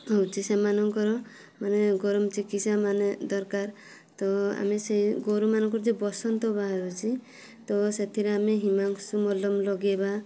ହେଉଛି ସେମାନଙ୍କର ମାନେ ଗରମ ଚିକିତ୍ସା ମାନେ ଦରକାର ତ ଆମେ ସେହି ଗୋରୁମାନଙ୍କର ଯେଉଁ ବସନ୍ତ ବାହାରୁଛି ତ ସେଥିରେ ଆମେ ହିମ୍ୟାକ୍ସ୍ ମଲମ ଲଗେଇବା